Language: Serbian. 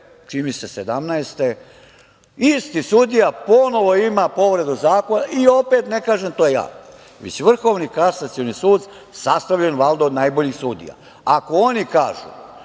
godine isti sudija ponovo ima povredu zakona i opet ne kažem to ja, već Vrhovni kasacioni sud, sastavljen, valjda, od najboljih sudija. Ako, oni kažu